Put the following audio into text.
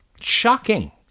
shocking